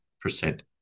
percent